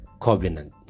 covenant